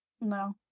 No